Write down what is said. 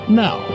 now